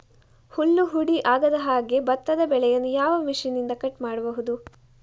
ಹುಲ್ಲು ಹುಡಿ ಆಗದಹಾಗೆ ಭತ್ತದ ಬೆಳೆಯನ್ನು ಯಾವ ಮಿಷನ್ನಿಂದ ಕಟ್ ಮಾಡಬಹುದು?